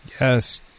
Yes